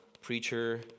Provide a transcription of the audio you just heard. preacher